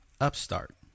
upstart